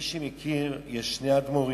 מי שמכיר, יש שני אדמו"רים